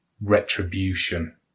retribution